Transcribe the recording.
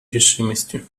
решимостью